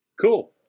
Cool